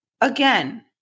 again